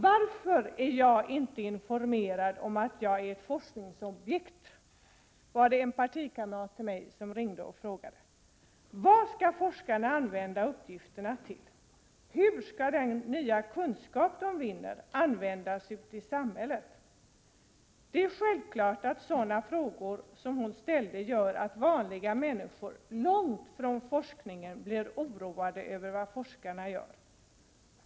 Jag blev uppringd av en partikamrat som frågade: Varför är jag inte informerad om att jag är forskningsobjekt? Vad skall forskarna använda uppgifterna till? Hur skall den nya kunskap de vinner användas ute i samhället? Det är självklart att frågor som de hon ställde gör att vanliga människor långt från forskningen blir oroade över vad forskarna gör.